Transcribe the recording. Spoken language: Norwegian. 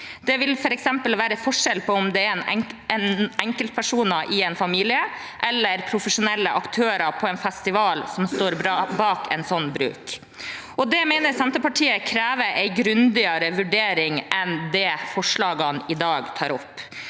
Det vil f.eks. være forskjell på om det er enkeltpersoner i en familie eller profesjonelle aktører på en festival som står bak en sånn bruk. Det mener Senterpartiet krever en grundigere vurdering enn det forslagene i dag tar opp.